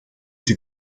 die